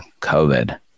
COVID